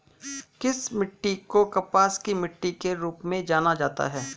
किस मिट्टी को कपास की मिट्टी के रूप में जाना जाता है?